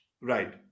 Right